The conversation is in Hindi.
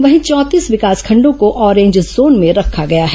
वहीं चौंतीस विकासखंडों को ऑरेंज जोन में रखा गया है